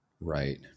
Right